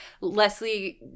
Leslie